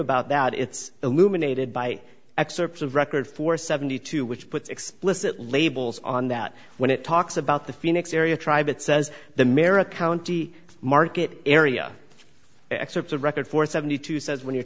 about that it's illuminated by excerpts of record four seventy two which puts explicit labels on that when it talks about the phoenix area tribe it says the merrick ound market area excerpts of record for seventy two says when you're